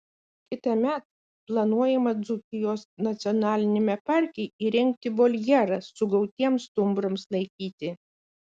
kitąmet planuojama dzūkijos nacionaliniame parke įrengti voljerą sugautiems stumbrams laikyti